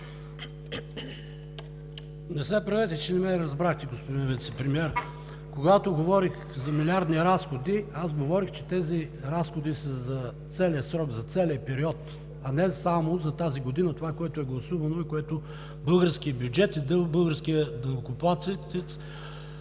Не се правете, че не ме разбрахте, господин Вицепремиер. Когато говорех за милиарди разходи, аз говорех, че тези разходи са за целия срок, за целия период, а не само за това, което е гласувано за тази година и което българският бюджет и българският данъкоплатец